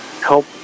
help